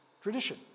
tradition